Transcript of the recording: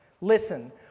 Listen